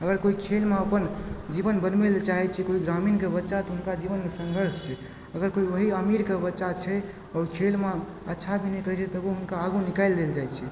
अगर केओ खेलमे अपन जीवन बनबै लेल चाहै छै केओ ग्रामीणके बच्चा तऽ हुनका जीवनमे संघर्ष छै अगर केओ वही अमीर के बच्चा छै आओर ओ खेलमें अच्छा भी नहि करैत छै तबो हुनका आगू निकालि देल जाइत छै